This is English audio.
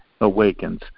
awakens